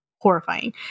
horrifying